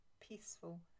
peaceful